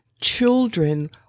children